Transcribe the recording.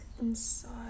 inside